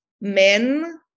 men